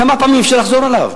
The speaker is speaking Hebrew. כמה פעמים אפשר לחזור עליו?